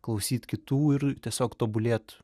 klausyt kitų ir tiesiog tobulėt